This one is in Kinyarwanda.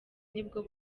nibwo